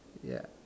ya